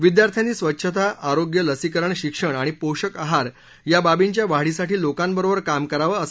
विद्यार्थ्यांनी स्वच्छता आरोग्य लसीकरण शिक्षण आणि पोषक आहार या बाबींच्या वाढीसाठी लोकांबरोबर काम करावं असं ते म्हणाले